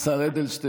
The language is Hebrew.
השר, השר אדלשטיין,